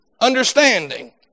Understanding